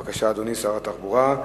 בבקשה, אדוני שר התחבורה.